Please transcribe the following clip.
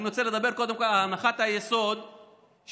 אני רוצה לדבר קודם כול על הנחת היסוד של המשטרה,